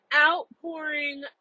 outpouring